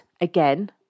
again